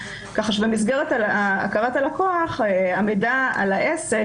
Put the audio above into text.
כך שבמסגרת הכרת הלקוח המידע על העסק